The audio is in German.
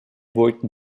wollten